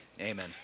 Amen